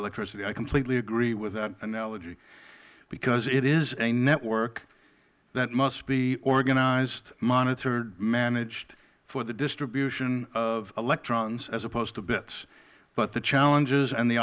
electricity i completely agree with that analogy because it is a network that must be organized monitored managed for the distribution of electrons as opposed to bits but the challenges and the